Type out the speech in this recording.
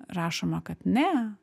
rašoma kad ne